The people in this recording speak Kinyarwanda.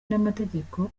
n’amategeko